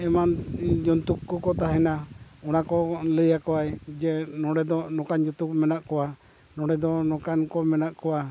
ᱮᱢᱟᱱ ᱡᱚᱱᱛᱩ ᱠᱚᱠᱚ ᱛᱟᱦᱮᱱᱟ ᱚᱱᱟ ᱠᱚ ᱞᱟᱹᱭ ᱟᱠᱚᱣᱟᱭ ᱡᱮ ᱱᱚᱸᱰᱮ ᱫᱚ ᱱᱚᱝᱠᱟᱱ ᱡᱚᱛᱚ ᱠᱚ ᱢᱮᱱᱟᱜ ᱠᱚᱣᱟ ᱱᱚᱸᱰᱮ ᱫᱚ ᱱᱚᱝᱠᱟᱱ ᱠᱚ ᱢᱮᱱᱟᱜ ᱠᱚᱣᱟ